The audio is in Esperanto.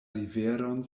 riveron